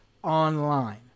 online